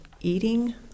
eating